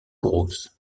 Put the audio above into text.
grosses